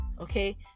okay